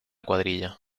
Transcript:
cuadrilla